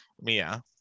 Mia